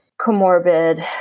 comorbid